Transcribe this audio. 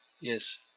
Yes